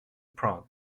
prone